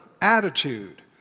attitude